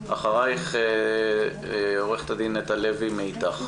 אחריך, עורכת הדין נטע לוי מ"איתך".